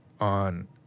on